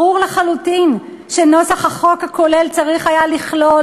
ברור לחלוטין שנוסח החוק צריך היה לכלול